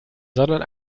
sondern